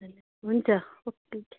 हुन्छ ओके